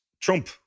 Trump